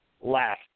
last